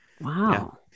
Wow